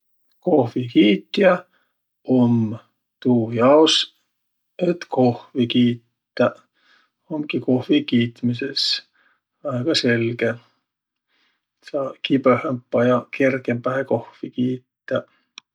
Kohvikiitjä um tuujaos, et kohvi kiitäq, omgi kohvi kiitmises. Väega selge.